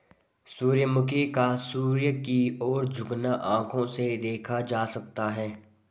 सूर्यमुखी का सूर्य की ओर झुकना आंखों से देखा जा सकता है